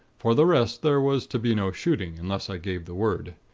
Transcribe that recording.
for the rest, there was to be no shooting, unless i gave the word.